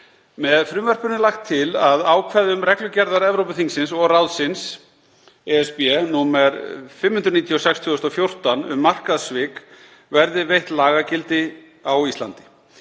Með frumvarpinu er lagt til að ákvæðum reglugerðar Evrópuþingsins og ráðsins (ESB) nr. 596/2014, um markaðssvik, verði veitt lagagildi á Íslandi.